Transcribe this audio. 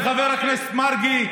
בחבר הכנסת מרגי,